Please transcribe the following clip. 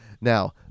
Now